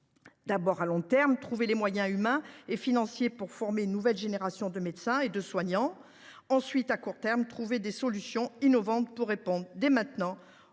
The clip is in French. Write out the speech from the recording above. d’abord, à long terme, il devra trouver les moyens humains et financiers pour former une nouvelle génération de médecins et de soignants. Ensuite, à court terme, il lui faudra trouver des solutions innovantes pour répondre au manque